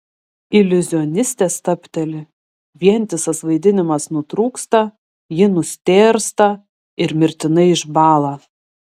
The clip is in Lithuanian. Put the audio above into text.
iliuzionistė stabteli vientisas vaidinimas nutrūksta ji nustėrsta ir mirtinai išbąla